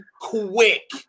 quick